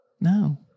No